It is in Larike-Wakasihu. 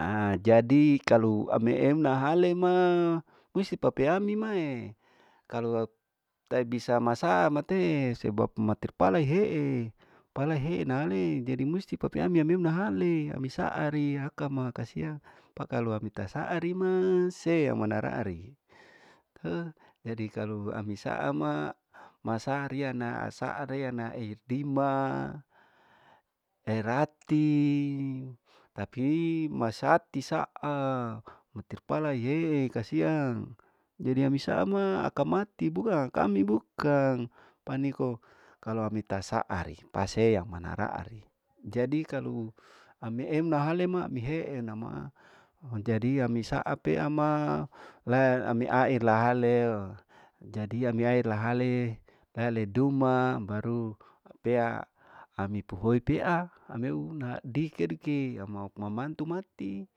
ajadi kalu ami emnahale ma musti pape ami mae, kalu au taibisa mataa masee sebab matir palai hee, pala heei naale, jadi musti papei ami ameuna alee, ami saari akama kasiang, pa kalu amai ta saari ma semana raari jadi kalu ami saama masaa riana esariana etimba, berarti, tapi masaati saa matir palae kasiang, jadi ami saama aka mati buang, kami bukang paniko kalu ami tasaari pasei amana raari, jadi kalu ami emnahale ma ami ehe nama, jadi ami saa pea ma la amir aelahaleo, jadi ami aer lahale hale duma, baru pea ami puhoi pea ameu na dipeduke mama mantu mati.